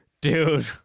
dude